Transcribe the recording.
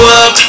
up